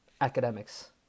academics